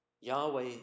Yahweh